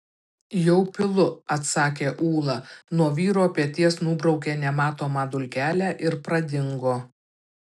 jau pilu atsakė ūla nuo vyro peties nubraukė nematomą dulkelę ir pradingo